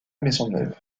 maisonneuve